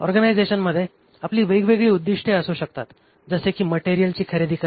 ऑर्गनायझेशनमध्ये आपली वेगवेगळी उद्दिष्टे असू शकतात जसे की मटेरीयलची खरेदी करणे